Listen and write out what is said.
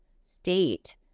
state